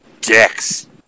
Dicks